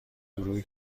گروه